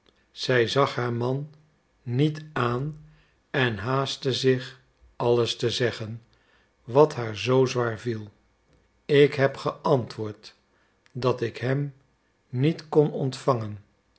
zij zag haar man niet aan en haastte zich alles te zeggen wat haar zoo zwaar viel ik heb geantwoord dat ik hem niet kon ontvangen